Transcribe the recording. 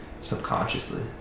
subconsciously